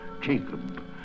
Jacob